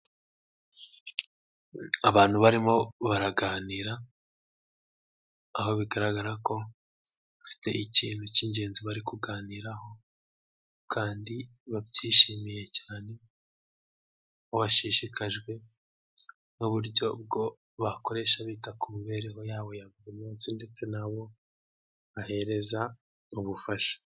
Abantu barimo baraganira, aho bigaragara ko bafite ikintu cy'ingenzi bari kuganiraho kandi babyishimiye cyane, aho bashishikajwe n'uburyo bwo bakoresha bita ku mibereho yabo ya buri munsi ndetse n'abo bahereza ubufasha.